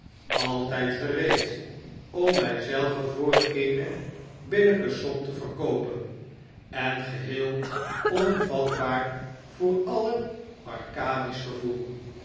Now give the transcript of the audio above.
altijd gereed om mij zelve voor eene billyke som te verkoopen en geheel onvatbaar voor alle arcadisch gevoel